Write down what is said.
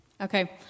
okay